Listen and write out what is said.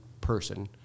person